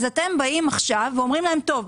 אז אתם באים עכשיו ואומרים להם: "טוב,